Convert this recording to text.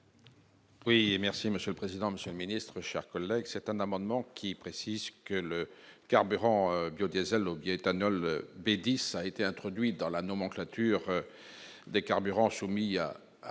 Oui, merci Monsieur le président, Monsieur le Ministre, chers collègues, c'est un amendement qui précise que le carburant biodiesel au bioéthanol des 10 a été introduite dans la nomenclature des carburants Soumiya à la